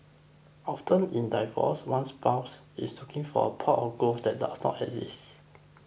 often in a divorce one spouse is looking for a pot of gold that doesn't exist